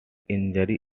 injury